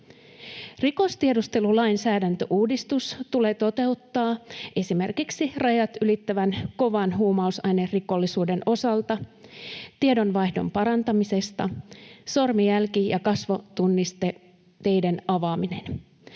Rikostiedustelulainsäädäntöuudistus tulee toteuttaa esimerkiksi rajat ylittävän kovan huumausainerikollisuuden osalta. Tiedonvaihtoa parannetaan, sormenjälki- ja kasvotunnisteita avataan.